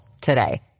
today